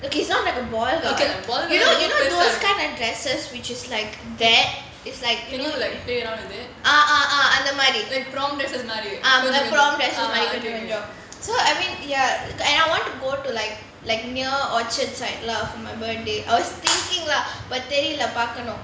ok it's not like a ball gown you know you know those kind of dresses which is like that you know is like ah ah ah ah like prom dress மாதிரி:maathiri so I mean ya and I want to go to like like near orchard side lah for my birthday I was thinking lah but தெரில பார்க்கணும்:terila paarkanum